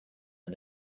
and